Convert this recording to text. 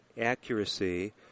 accuracy